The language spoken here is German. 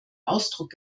ausdruck